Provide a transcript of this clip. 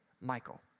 Michael